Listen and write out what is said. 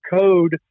code